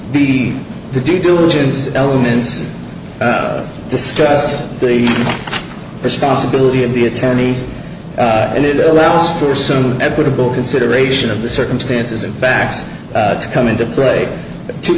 be the due diligence elements discuss the responsibility of the attorneys and it allows for some equitable consideration of the circumstances impacts to come into play two